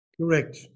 Correct